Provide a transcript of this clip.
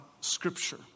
Scripture